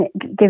give